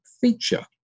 feature